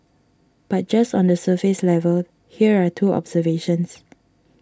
but just on the surface level here are two observations